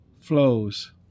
flows